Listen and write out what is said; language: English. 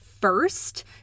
first